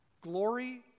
glory